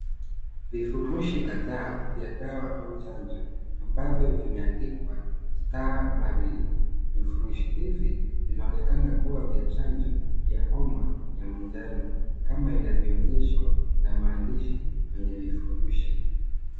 Vifurushi kadhaa vya dawa au chanzo ambavyo vimeandikwa Stamaril. Vifurushi hivi vinaonekana kuwa vya chanjo ya homa ya manjano kama inavyoonyeshwa na maandishi kwenye vifurushi.